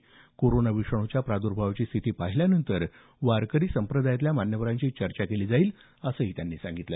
त्यासाठी कोरोना विषाणूच्या प्राद्र्भावाची स्थिती पाहिल्यानंतर वारकरी संप्रदायातल्या मान्यवरांशी चर्चा केली जाईल असंही त्यांनी सांगितलं